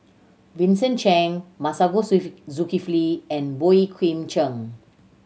Vincent Cheng Masagos Zulkifli and Boey Kim Cheng